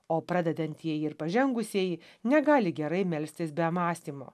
o pradedantieji ir pažengusieji negali gerai melstis be mąstymo